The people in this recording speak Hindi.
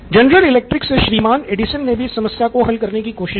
जनरल इलेक्ट्रिक से श्रीमान एडिसन ने भी इस समस्या को हल करने की कोशिश की